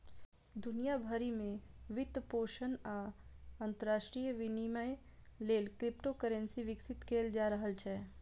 दुनिया भरि मे वित्तपोषण आ अंतरराष्ट्रीय विनिमय लेल क्रिप्टोकरेंसी विकसित कैल जा रहल छै